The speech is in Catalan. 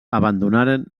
abandonaren